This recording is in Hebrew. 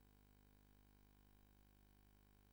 הכנסת יוסי יונה, איננו.